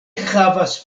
havas